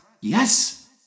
Yes